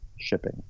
shipping